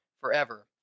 forever